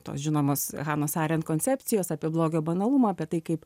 tos žinomas hanos arent koncepcijos apie blogio banalumą apie tai kaip